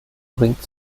bringt